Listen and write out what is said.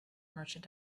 merchant